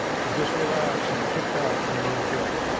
so just relax and kick back for a little bit.